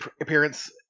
Appearance